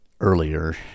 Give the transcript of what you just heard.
earlier